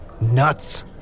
Nuts